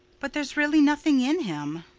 but there's really nothing in him.